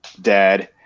Dad